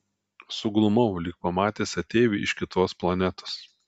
suglumau lyg pamatęs ateivį iš kitos planetos